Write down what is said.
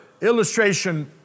illustration